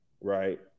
Right